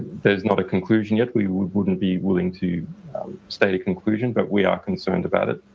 there is not a conclusion yet. we wouldn't be willing to state a conclusion, but we are concerned about it.